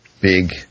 big